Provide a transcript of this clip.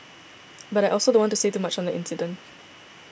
but I also don't want to say too much on the incident